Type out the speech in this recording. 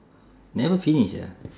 never finish ah